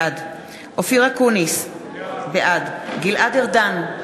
בעד אופיר אקוניס, בעד גלעד ארדן,